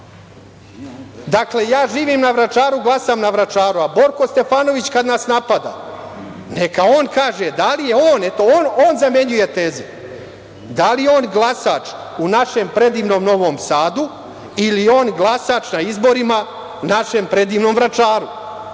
Dakle, ja živim na Vračaru i glasam na Vračaru, a Borko Stefanović, kada nas napada, neka kaže da li je on, eto, on zamenjuje teze, da li je on glasač u našem predivnom Novom Sadu ili je on glasač na izborima našem predivnom Vračaru? Dakle,